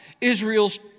Israel's